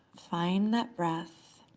find that breath.